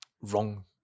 wrong